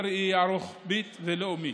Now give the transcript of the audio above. בראייה רוחבית ולאומית.